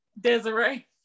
Desiree